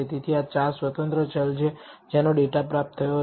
તેથી આ ચાર સ્વતંત્ર ચલ છે જેનો ડેટા પ્રાપ્ત થયો હતો